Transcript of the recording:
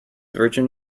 virgin